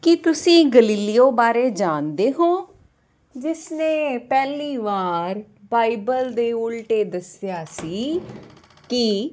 ਕੀ ਤੁਸੀਂ ਗਲੀਲੀਓ ਬਾਰੇ ਜਾਣਦੇ ਹੋ ਜਿਸ ਨੇ ਪਹਿਲੀ ਵਾਰ ਬਾਈਬਲ ਦੇ ਉਲਟ ਦੱਸਿਆ ਸੀ ਕੀ